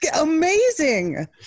amazing